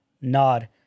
nod